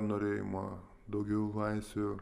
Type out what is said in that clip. norėjimo daugiau laisvių